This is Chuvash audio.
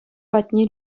патне